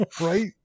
Right